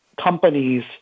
companies